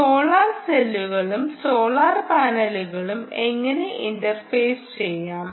solar സെല്ലുകളും solar പാനലുകളും എങ്ങനെ ഇന്റർഫേസ് ചെയ്യാം